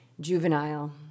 juvenile